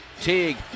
Teague